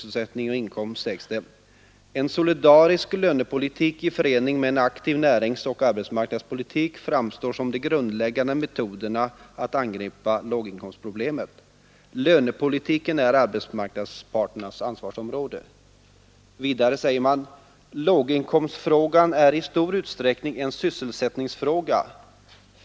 ”En solidarisk lönepolitik i förening med en aktiv näringsoch arbetsmarknadspolitik framstår som de grundläggande metoderna att angripa låginkomstproblemet. Lönepolitiken är arbetsmarknadsparternas ansvarsområde.” Vidare säger man ”Låginkomstfrågan är i stor utsträckning en sysselsättningsfråga.